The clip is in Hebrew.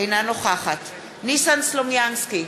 אינה נוכחת ניסן סלומינסקי,